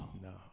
no